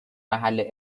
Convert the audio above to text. محل